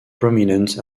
prominent